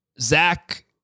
Zach